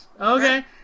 Okay